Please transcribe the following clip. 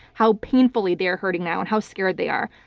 how painfully they're hurting now and how scared they are.